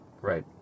Right